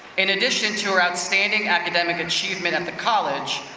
in addition to her outstanding academic achievement at the college,